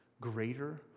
greater